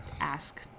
ask